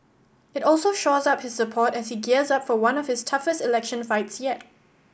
it also shores up his support as he gears up for one of his toughest election fights yet